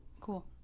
Cool